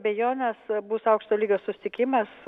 abejonės bus aukšto lygio susitikimas